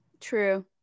true